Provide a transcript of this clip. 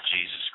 Jesus